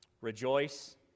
Rejoice